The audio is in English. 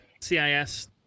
cis